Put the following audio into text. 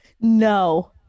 No